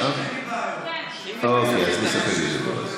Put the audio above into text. בועז, זה מפצה על זה.